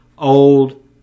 Old